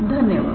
धन्यवाद